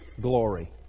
glory